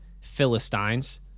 Philistines